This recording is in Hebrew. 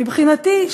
מבחינתי,